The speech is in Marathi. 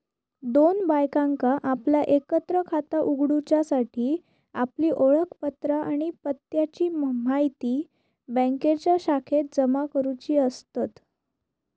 दोन बायकांका आपला एकत्र खाता उघडूच्यासाठी आपली ओळखपत्रा आणि पत्त्याची म्हायती बँकेच्या शाखेत जमा करुची असतत